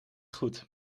goed